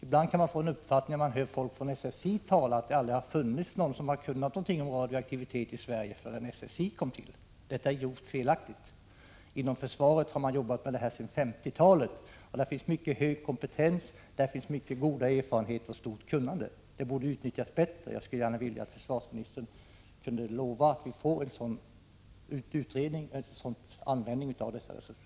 När man hör folk från SSI tala kan man ibland få den uppfattningen att det inte har funnits någon som har kunnat någonting om radioaktivitet i Sverige förrän SSI kom till. Det är grovt felaktigt. Inom försvaret har man jobbat med det sedan 1950-talet, och där finns mycket hög kompetens, lång erfarenhet och stort kunnande. Det borde utnyttjas bättre. Jag skulle gärna vilja att försvarsministern kunde lova att vi får en översyn och en sådan användning av dessa resurser.